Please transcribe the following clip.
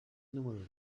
número